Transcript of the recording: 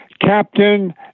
captain